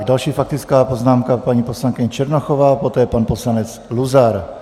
Další faktická poznámka, paní poslankyně Černochové, poté pan poslanec Luzar.